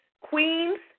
Queens